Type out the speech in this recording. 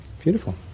Beautiful